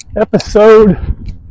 episode